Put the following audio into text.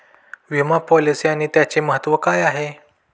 विमा पॉलिसी आणि त्याचे महत्व काय आहे?